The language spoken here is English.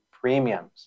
premiums